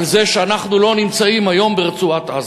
זה שאנחנו לא נמצאים היום ברצועת-עזה.